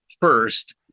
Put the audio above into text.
first